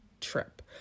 trip